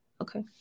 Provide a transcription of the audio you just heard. Okay